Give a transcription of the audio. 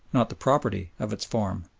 not the property of its form,